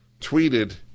Tweeted